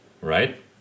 right